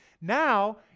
now